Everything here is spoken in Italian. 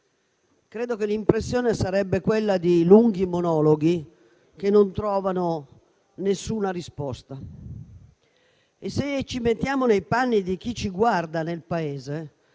credo che l'impressione sarebbe quella di lunghi monologhi che non trovano alcuna risposta. Mettiamoci nei panni di chi ci guarda nel Paese.